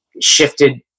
shifted